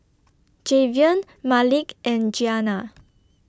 Javion Malik and Giana